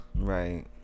right